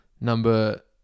Number